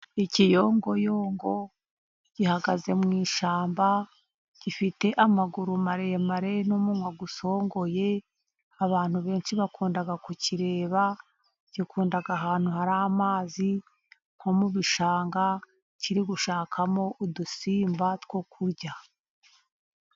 Ikiyongoyongo gihagaze mu ishyamba, gifite amaguru maremare, n'umunwa usongoye, abantu benshi bakunda kukireba, gikunda ahantu hari amazi nko mu bishanga, kiri gushakamo udusimba two kurya.